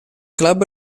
club